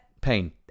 Pain